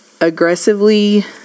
aggressively